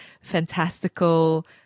fantastical